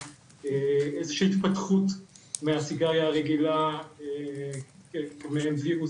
איזושהי התפתחות מהסיגריה הרגילה כמעין וירוס